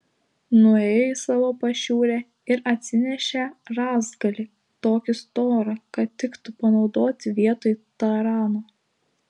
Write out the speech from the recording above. nuėjo į savo pašiūrę ir atsinešė rąstgalį tokį storą kad tiktų panaudoti vietoj tarano